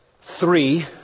three